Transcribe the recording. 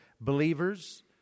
believers